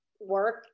Work